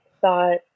thought